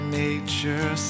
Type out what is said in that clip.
nature